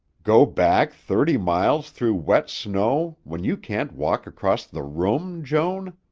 go back thirty miles through wet snow when you can't walk across the room, joan?